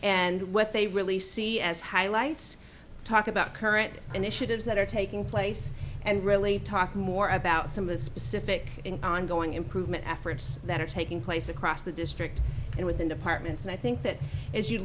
and what they really see as highlights talk about current initiatives that are taking place and really talk more about some of the specific ongoing improvement efforts that are taking place across the district and within departments and i think that as you